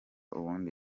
ubundi